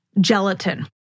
Gelatin